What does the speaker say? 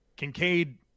Kincaid